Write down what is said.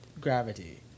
gravity